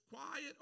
quiet